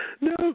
No